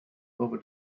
over